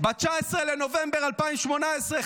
ב-19 בנובמבר 2018,